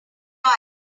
why